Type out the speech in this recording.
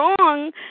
wrong